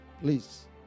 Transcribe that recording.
please